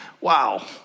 Wow